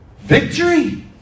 Victory